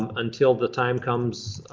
um until the time comes.